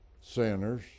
Sinners